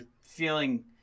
feeling